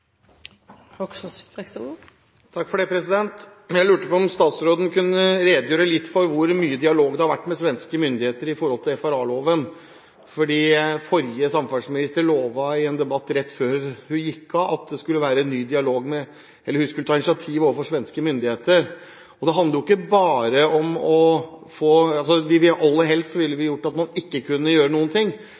Jeg lurte på om statsråden kunne redegjøre litt for hvor mye dialog det har vært med svenske myndigheter om FRA-loven. Forrige samferdselsminister lovet i en debatt rett før hun gikk av, at hun skulle ta initiativ overfor svenske myndigheter. Aller helst ville vi at man ikke skulle kunne gjøre noe. Svenske borgere har en helt annen rettighet enn det